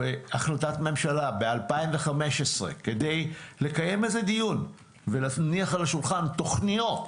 החלטת ממשלה ב-2015 כדי לקיים דיון ולהניח על השולחן תוכניות